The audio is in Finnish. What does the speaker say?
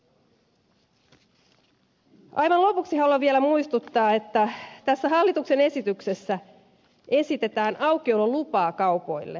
aivan lopuksi haluan vielä muistuttaa että tässä hallituksen esityksessä esitetään aukiololupaa kaupoille ei aukiolopakkoa